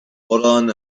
koran